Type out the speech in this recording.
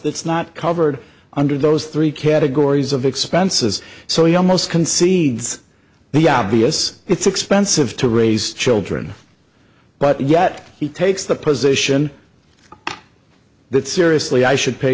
that's not covered under those three categories of expenses so he almost concedes the obvious it's expensive to raise children but yet he takes the position that seriously i should pay